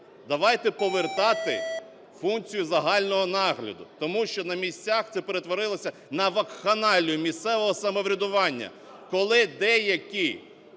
давайте повертати функцію загального нагляду, тому що на місцях це перетворилося на вакханалію місцевого самоврядування, коли деякі